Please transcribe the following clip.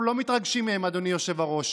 אנחנו לא מתרגשים מהם, אדונים היושב-ראש.